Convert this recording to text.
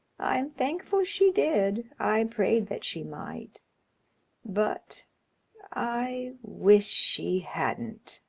i'm thankful she did i prayed that she might but i wish she hadn't.